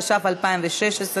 התשע"ו 2016,